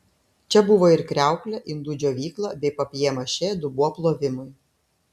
čia buvo ir kriauklė indų džiovykla bei papjė mašė dubuo plovimui